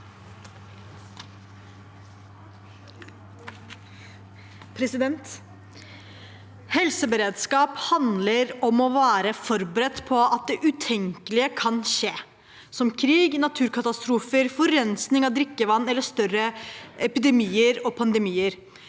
Helseberedskap hand- ler om å være forberedt på at det utenkelige kan skje, som krig, naturkatastrofer, forurensning av drikkevann eller større epidemier og pandemier.